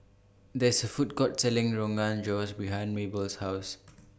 There IS A Food Court Selling Rogan Josh behind Mable's House